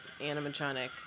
animatronic